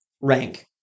rank